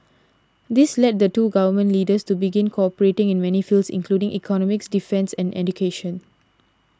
this led the two Government Leaders to begin cooperating in many fields including economics defence and education